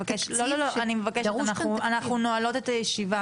אנחנו מסכמות את הישיבה